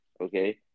Okay